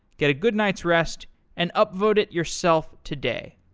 get a good night's rest and up-vote it yourself today.